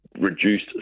reduced